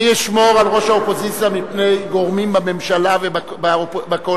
אני אשמור על ראש האופוזיציה מפני גורמים בממשלה ובקואליציה.